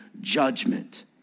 judgment